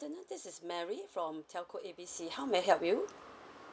this is mary from telco A B C how may I help you